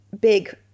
big